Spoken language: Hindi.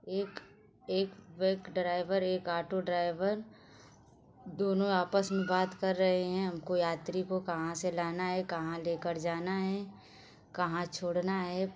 एक एक ट्रक ड्राइवर एक ऑटो ड्राइवर दोनों आपस में बात कर रहे हैं उनको यात्री को कहाँ से लाना है कहाँ लेकर जाना है कहाँ छोड़ना है